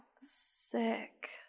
sick